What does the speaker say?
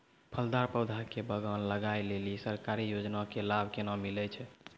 फलदार पौधा के बगान लगाय लेली सरकारी योजना के लाभ केना मिलै छै?